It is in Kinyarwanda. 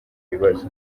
ibibazo